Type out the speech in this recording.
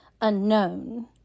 unknown